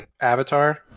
avatar